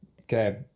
Okay